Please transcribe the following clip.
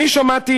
אני שמעתי